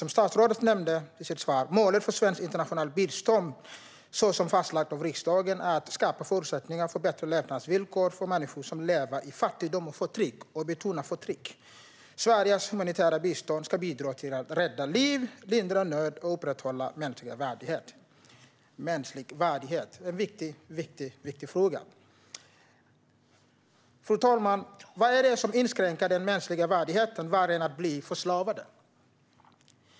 Som statsrådet nämnde i sitt svar är målet för svenskt internationellt bistånd, fastlagt av riksdagen, att skapa förutsättningar för bättre levnadsvillkor för människor som lever i fattigdom och förtryck - med betoning på förtryck. Sveriges humanitära bistånd ska bidra till att rädda liv, lindra nöd och upprätthålla mänsklig värdighet. Det är en mycket viktig fråga. Fru talman! Vad är det som inskränker den mänskliga värdigheten värre än att bli förslavad?